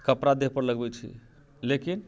कपड़ा देह पर लगबै छी लेकिन